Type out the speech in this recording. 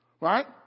Right